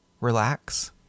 relax